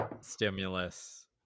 stimulus